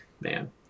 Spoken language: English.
Man